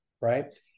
right